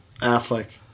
Affleck